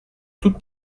toute